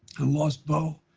i lost bo.